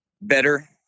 better